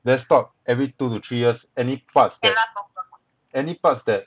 desktop every two to three years any parts that any parts that